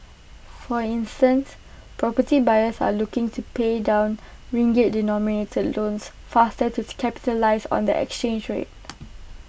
for instance property buyers are looking to pay down ringgit denominated loans faster to capitalise on the exchange rate